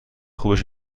خوبش